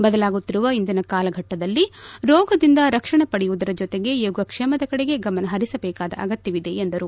ಬದಲಾಗುತ್ತಿರುವ ಇಂದಿನ ಕಾಲಘಟ್ಟದಲ್ಲಿ ರೋಗದಿಂದ ರಕ್ಷಣೆ ಪಡೆಯುವುದರ ಜೊತೆಗೆ ಯೋಗಕ್ಷೇಮದ ಕಡೆಗೆ ಗಮನ ಪರಿಸಬೇಕಾದ ಅಗತ್ಯವಿದೆ ಎಂದರು